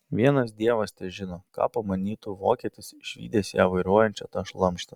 vienas dievas težino ką pamanytų vokietis išvydęs ją vairuojančią tą šlamštą